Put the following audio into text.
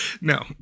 No